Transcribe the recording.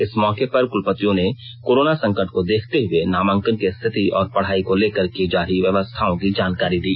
इस मौके पर कुलपतियों ने कोरोना संकट को देखते हुए नामांकन की स्थिति और पढ़ाई को लेकर की जा रही व्यवस्थाओं की जानकारी दी